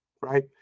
Right